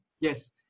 yes